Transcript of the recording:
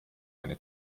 eine